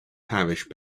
parish